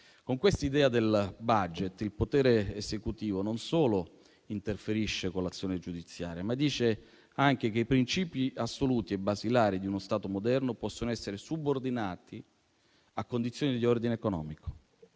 Con l'idea del *budget*, il potere esecutivo non solo interferisce con l'azione giudiziaria, ma dice anche che i princìpi assoluti e basilari di uno Stato moderno possono essere subordinati a condizioni di ordine economico;